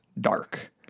dark